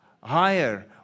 higher